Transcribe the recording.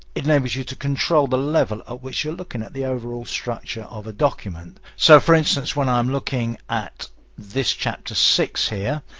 it enables you to control the level at which you're looking at the overall structure of a document. so for instance, when i'm looking at this chapter six here,